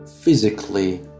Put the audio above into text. physically